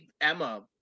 Emma